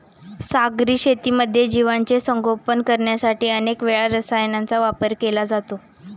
सागरी शेतीमध्ये जीवांचे संगोपन करण्यासाठी अनेक वेळा रसायनांचा वापर केला जातो